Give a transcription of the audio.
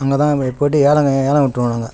அங்கே தான் போய் போட்டு ஏல ஏலம் விட்டுருவோம் நாங்கள்